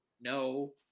no